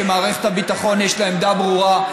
ולמערכת הביטחון יש עמדה ברורה,